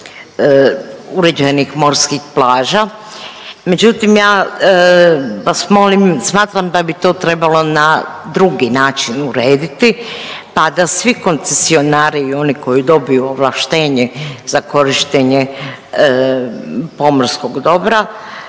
uređenih morskih plaža. Međutim ja vas molim, smatram da bi to trebalo na drugi način urediti, pa da svi koncesionari i oni koji dobiju ovlaštenje za korištenje pomorskog dobra